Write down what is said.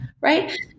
Right